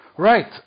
Right